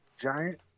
giant